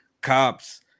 cops